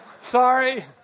Sorry